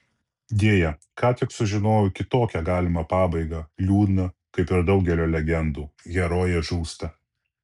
deja ką tik sužinojau kitokią galimą pabaigą liūdną kaip ir daugelio legendų herojė žūsta